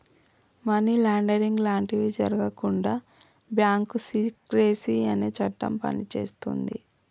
money laundering లాంటివి జరగకుండా bank secrecy అనే చట్టం పనిచేస్తది